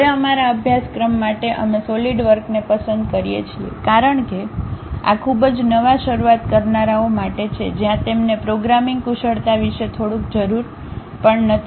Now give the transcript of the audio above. હવે અમારા અભ્યાસક્રમ માટે અમે સોલિડવર્કને પસંદ કરીએ છીએ કારણ કે આ ખૂબ જ નવા શરૂઆત કરનારાઓ માટે છે જ્યાં તેમને પ્રોગ્રામિંગ કુશળતા વિશે થોડુંક જરૂર પણ નથી બરાબર